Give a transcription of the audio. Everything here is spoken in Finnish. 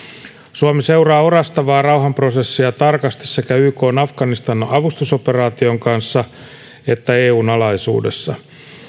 suomi seuraa orastavaa rauhanprosessia tarkasti sekä ykn afganistan avustusoperaation kanssa että eun alaisuudessa